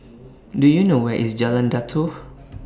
Do YOU know Where IS Jalan Datoh